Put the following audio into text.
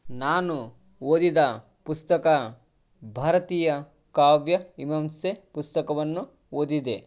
ನಾನು ಓದಿದ ಪುಸ್ತಕ ಭಾರತೀಯ ಕಾವ್ಯ ಮೀಮಾಂಸೆ ಪುಸ್ತಕವನ್ನು ಓದಿದೆ